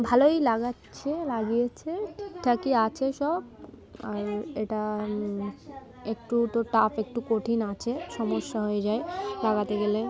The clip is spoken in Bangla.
ভালোই লাগাচ্ছে লাগিয়েছে ঠিকঠাকই আছে সব আর এটা একটু তো টাফ একটু কঠিন আছে সমস্যা হয়ে যায় লাগাতে গেলে